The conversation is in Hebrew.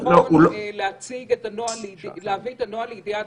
נכון להביא את הנוהל לידיעת